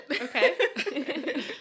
Okay